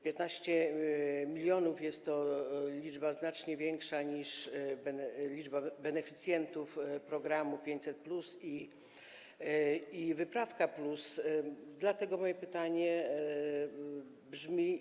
15 mln to jest liczba znacznie większa niż liczba beneficjentów programu 500+ i wyprawka+, dlatego moje pytanie brzmi: